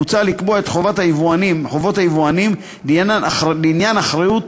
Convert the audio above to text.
מוצע לקבוע את חובות היבואנים לעניין אחריות,